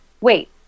wait